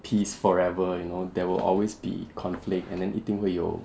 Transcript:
peace forever you know there will always be conflict and then 一定会有